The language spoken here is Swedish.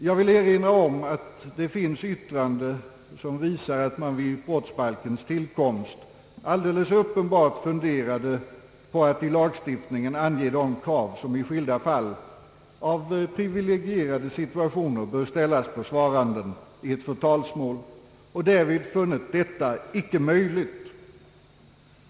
Jag vill också erinra om att det finns yttranden som visar att man vid brottsbalkens tillkomst alldeles uppenbart funderade på att i lagstiftningen ange de krav, som i skilda fall av privilegierade situationer bör ställas på svaranden i ett förtalsmål, och därvid fann att detta icke var möjligt.